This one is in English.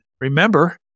remember